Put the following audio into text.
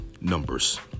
numbers